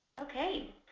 Okay